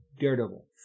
Daredevil